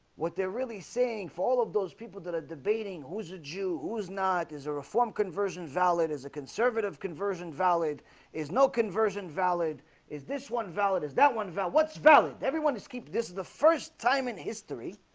what they're really saying for all of those people that are debating who's a jew who's not is a reformed conversion valid as a conservative conversion valid is no conversion valid is this one valid is that one found what's valid everyone is keeping this is the first time in history